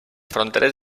fronteres